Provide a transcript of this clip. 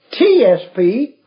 TSP